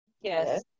yes